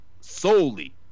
solely